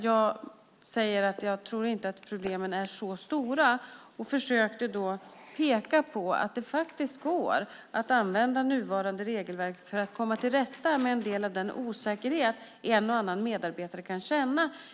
Jag säger att jag inte tror att problemen är så stora och pekar på att det faktiskt går att använda nuvarande regelverk för att komma till rätta med en del av den osäkerhet en och annan medarbetare kan känna.